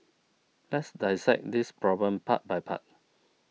let's dissect this problem part by part